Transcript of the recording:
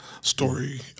story